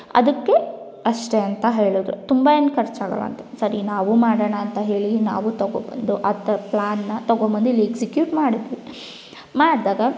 ಅದಕ್ಕೆ ಅಷ್ಟೇ ಅಂತ ಹೇಳಿದ್ರು ತುಂಬ ಏನೂ ಖರ್ಚಾಗಲ್ಲಂತೆ ಸರಿ ನಾವು ಮಾಡೋಣ ಅಂತ ಹೇಳಿ ನಾವು ತೊಗೊ ಬಂದು ಆ ಥರ ಪ್ಲ್ಯಾನ್ನ ತಗೊಂಬಂದಿಲ್ಲಿ ಎಗ್ಸ್ಕ್ಯೂಟ್ ಮಾಡಿದ್ವಿ ಮಾಡಿದಾಗ